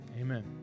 amen